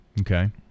Okay